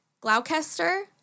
Gloucester